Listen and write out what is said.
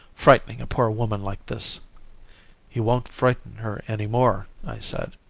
frightening a poor woman like this he won't frighten her any more i said.